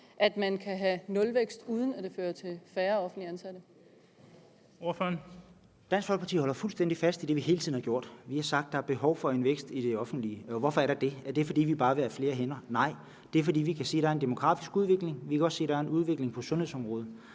Den fg. formand (Bent Bøgsted): Ordføreren. Kl. 13:03 René Christensen (DF): Dansk Folkeparti holder fuldstændig fast ved det, vi hele tiden har gjort. Vi har sagt, der er behov for en vækst i det offentlige. Og hvorfor er der det? Er det, fordi vi bare vil have flere hænder? Nej, det er, fordi vi kan se, der er en demografisk udvikling. Vi kan også se, der er en udvikling på sundhedsområdet.